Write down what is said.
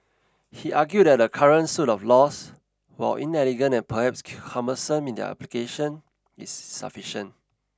he argued that the current suite of laws while inelegant and perhaps cumbersome in their application is sufficient